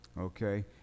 Okay